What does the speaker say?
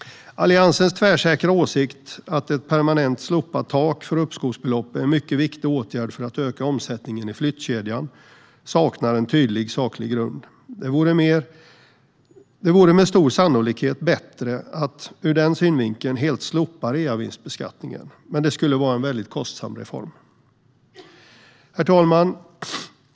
Alliansens tvärsäkra åsikt att ett permanent slopat tak för uppskovsbelopp är en mycket viktig åtgärd för att öka omsättningen i flyttkedjan saknar en tydlig och saklig grund. Det vore ur den synvinkeln med stor sannolikhet bättre att helt slopa reavinstbeskattningen, men det skulle vara en väldigt kostsam reform. Herr talman!